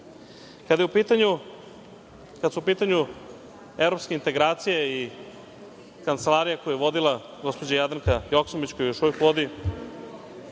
su pitanju evropske integracije i Kancelarija koju je vodila gospođa Jadranka Joksimović, i koju još uvek vodi,